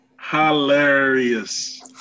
hilarious